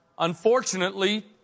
Unfortunately